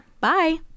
Bye